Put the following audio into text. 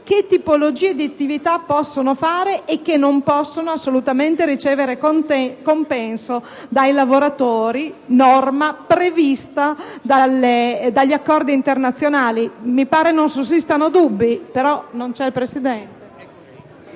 che tipologia di attività possono fare e che non possono assolutamente ricevere compenso dai lavoratori, norma prevista dagli accordi internazionali. Mi pare non sussistano dubbi.